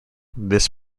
this